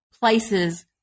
places